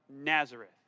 Nazareth